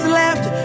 left